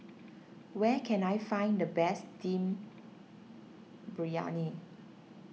where can I find the best Dum Briyani